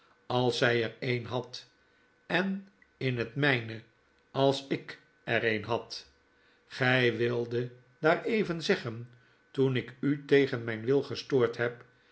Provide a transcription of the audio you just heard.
als zy er een had en in het mpe als ik er een had gij wildet daar even zeggen toen ik u tegen myn wil gestoord heb